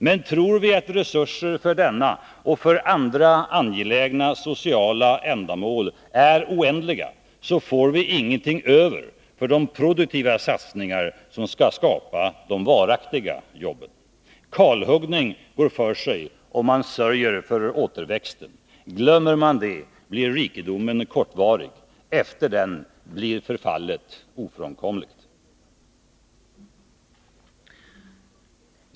Men tror vi att resurserna för denna och för andra angelägna sociala ändamål är oändliga, får vi ingenting över för de produktiva satsningar som skall skapa de varaktiga jobben. Kalhuggning går för sig, om man sörjer för återväxten. Glömmer man det, blir rikedomen kortvarig. Efter den blir förfallet ofrånkomligt.